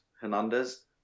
Hernandez